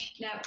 Now